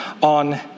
on